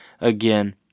again